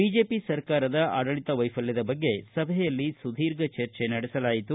BJP ಸರ್ಕಾರದ ಆಡಳತ ವೈಫಲ್ಯದ ಬಗ್ಗೆ ಸಭೆಯಲ್ಲಿ ಸುದೀರ್ಘ ಚರ್ಚೆ ನಡೆಸಲಾಯಿತು